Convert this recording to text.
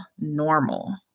normal